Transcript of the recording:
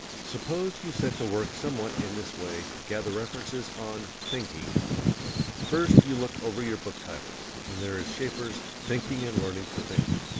suppose you set to work somewhat in this way to gather references on thinking first you look over your book titles, and there is schaeffer's thinking and learning to think.